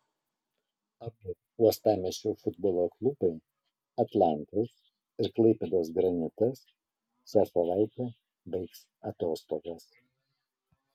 abu uostamiesčio futbolo klubai atlantas ir klaipėdos granitas šią savaitę baigs atostogas